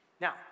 Now